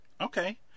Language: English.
okay